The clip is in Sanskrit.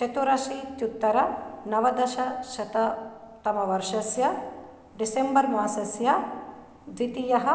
चतूरशीत्युत्तर नवदशशततम वर्षस्य डिसेम्बर् मासस्य द्वितीयः